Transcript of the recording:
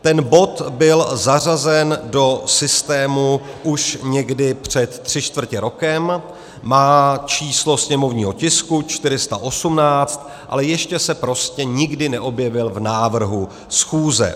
Ten bod byl zařazen do systému už někdy před tři čtvrtě rokem, má číslo sněmovního tisku 418, ale ještě se nikdy neobjevil v návrhu schůze.